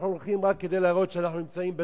אנחנו הולכים רק כדי להראות שאנחנו נמצאים בשטח,